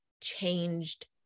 changed